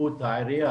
זכות העירייה,